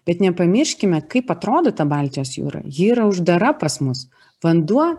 bet nepamirškime kaip atrodo ta baltijos jūra ji yra uždara pas mus vanduo